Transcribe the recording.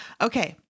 Okay